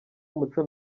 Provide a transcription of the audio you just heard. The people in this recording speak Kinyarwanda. umuco